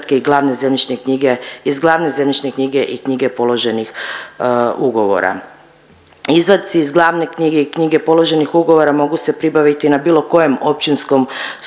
Izvaci iz glavne knjige i knjige položenih ugovora mogu se pribaviti na bilo kojem općinskom sudu